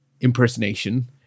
impersonation